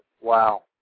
Wow